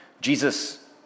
Jesus